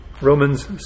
Romans